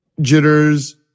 jitters